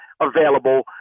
available